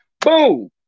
Boom